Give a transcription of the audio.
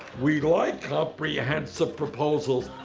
we like comprehensive proposals,